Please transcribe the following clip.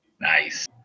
Nice